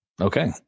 Okay